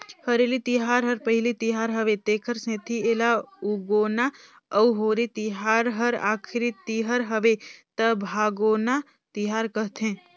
हरेली तिहार हर पहिली तिहार हवे तेखर सेंथी एला उगोना अउ होरी तिहार हर आखरी तिहर हवे त भागोना तिहार कहथें